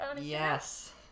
Yes